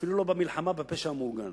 אפילו לא במלחמה בפשע המאורגן.